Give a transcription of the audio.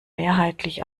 mehrheitlich